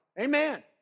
Amen